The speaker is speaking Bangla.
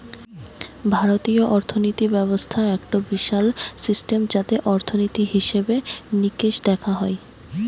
ভারতীয় অর্থিনীতি ব্যবস্থা একটো বিশাল সিস্টেম যাতে অর্থনীতি, হিসেবে নিকেশ দেখা হয়